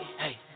hey